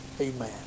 Amen